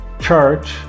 Church